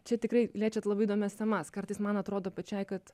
čia tikrai liečiat labai įdomias temas kartais man atrodo pačiai kad